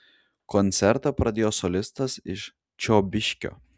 koncertą pradėjo solistas iš čiobiškio